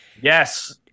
yes